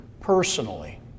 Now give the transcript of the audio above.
personally